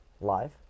live